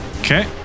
Okay